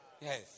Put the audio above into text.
Yes